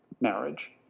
marriage